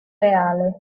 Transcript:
reale